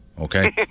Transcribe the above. Okay